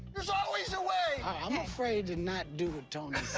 there's always a way. i'm afraid to not do what tony